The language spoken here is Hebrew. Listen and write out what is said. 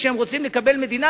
כשהם רוצים לקבל מדינה,